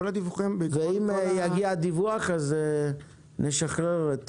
אם יגיע דיווח אז נשחרר את